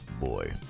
boy